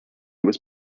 was